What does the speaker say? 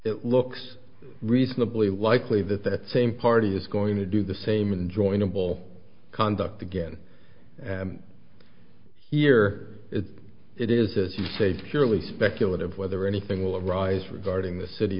it looks reasonably likely that that same party is going to do the same and join will conduct again here it is as you say fairly speculative whether anything will arise regarding the city